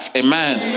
amen